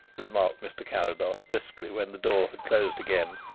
remarked mr. carrados briskly, when the door had closed again,